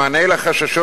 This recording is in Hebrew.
המענה לחששות,